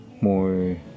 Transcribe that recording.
more